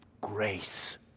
grace